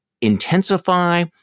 intensify